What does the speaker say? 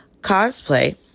Cosplay